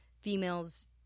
females